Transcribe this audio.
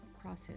process